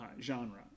genre